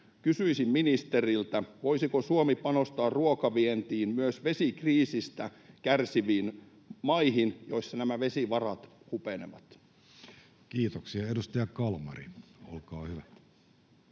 Kysyisin ministeriltä, voisiko Suomi panostaa ruokavientiin myös vesikriisistä kärsiviin maihin, joissa nämä vesivarat hupenevat? Kiitoksia. — Edustaja Kalmari, olkaa hyvä.